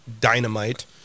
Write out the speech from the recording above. dynamite